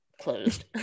closed